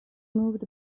moved